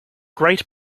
great